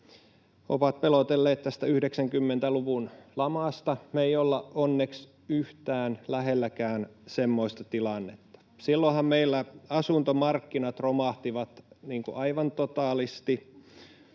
ovat pelotelleet tästä 90-luvun lamasta. Me ei olla onneksi yhtään lähelläkään semmoista tilannetta. Silloinhan meillä asuntomarkkinat romahtivat aivan totaalisesti.